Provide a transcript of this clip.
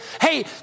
hey